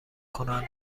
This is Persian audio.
کنند